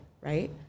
right